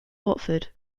watford